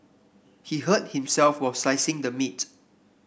he hurt himself while slicing the meat